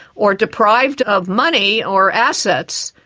or deprived of money or assets,